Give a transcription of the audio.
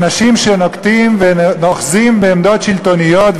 אנשים שנוקטים ואוחזים בעמדות שלטוניות,